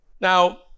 Now